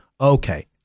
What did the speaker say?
Okay